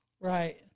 Right